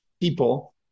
people